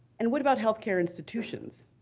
and what about health care institutions?